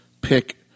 pick